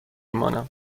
مانم